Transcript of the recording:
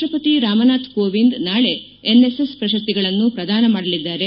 ರಾಷ್ಟವತಿ ರಾಮನಾಥ್ ಕೋವಿಂದ್ ನಾಳೆ ಎನ್ಎಸ್ಎಸ್ ಪ್ರಶಸ್ತಿಗಳನ್ನು ಪ್ರದಾನ ಮಾಡಲಿದ್ದಾರೆ